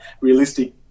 realistic